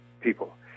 people